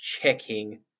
checking